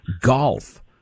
golf